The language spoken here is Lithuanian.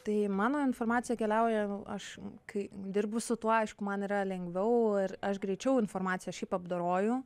tai mano informacija keliauja aš kai dirbu su tuo aišku man yra lengviau ir aš greičiau informaciją šiaip apdoroju